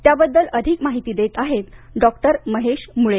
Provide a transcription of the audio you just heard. त्याबद्दल अधिक माहिती देत आहेत डॉक्टर महेश मुळे